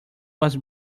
was